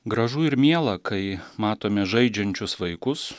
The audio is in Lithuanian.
gražu ir miela kai matome žaidžiančius vaikus